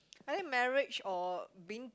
I think marriage or being